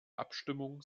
abstimmung